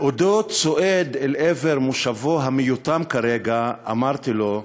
בעודו צועד אל עבר מושבו המיותם כרגע, אמרתי לו: